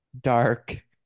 Dark